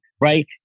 Right